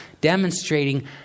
demonstrating